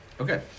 Okay